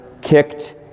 kicked